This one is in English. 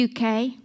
UK